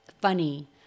funny